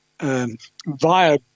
via